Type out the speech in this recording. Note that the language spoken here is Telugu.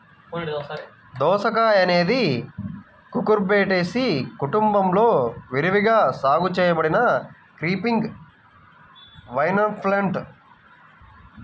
దోసకాయఅనేది కుకుర్బిటేసి కుటుంబంలో విరివిగా సాగు చేయబడిన క్రీపింగ్ వైన్ప్లాంట్